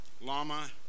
lama